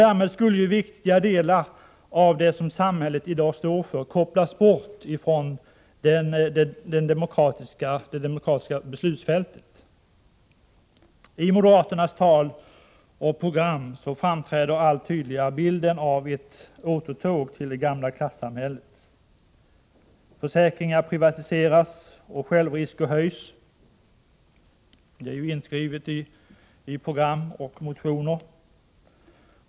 Därmed skulle viktiga delar av det som samhället i dag står för kopplas bort från det demokratiska beslutsfältet. I moderaternas tal och program framträder allt tydligare bilden av ett återtåg till det gamla klassamhället. Försäkringar privatiseras och självrisker höjs. Det är inskrivet i program och motioner.